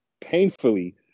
painfully